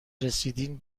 رسیدین